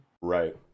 right